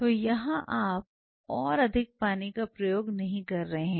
तो यहां आप और अधिक पानी का प्रयोग नहीं कर रहे हैं